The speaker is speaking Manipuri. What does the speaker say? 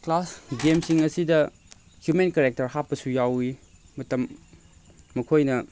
ꯒꯦꯝꯁꯤꯡ ꯑꯁꯤꯗ ꯍ꯭ꯌꯨꯃꯦꯟ ꯀꯔꯦꯛꯇꯔ ꯍꯥꯞꯄꯁꯨ ꯌꯥꯎꯏ ꯃꯇꯝ ꯃꯈꯣꯏꯅ